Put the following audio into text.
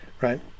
right